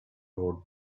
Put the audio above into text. road